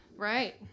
Right